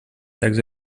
text